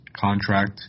contract